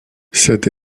cette